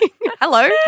Hello